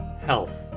Health